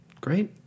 Great